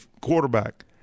quarterback